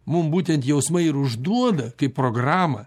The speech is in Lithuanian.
mum būtent jausmai ir užduoda kaip programą